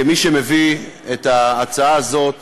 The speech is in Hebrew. כמי שמביא את ההצעה הזאת